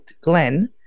Glenn